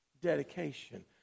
dedication